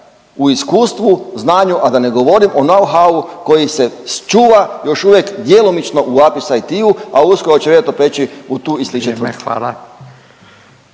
u iskustvu, znanju, a da ne govorim o know-howu koji se čuva još uvijek djelomično u APIS IT-u, a uskoro će vjerojatno preći u tu i slične tvrtke.